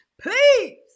please